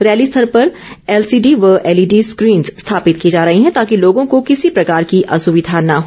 rally स्थल पर LCD व एलईडी स्कीन्स स्थापित की जा रही हैं ताकि लोगों को किसी प्रकार की असुविधा न हो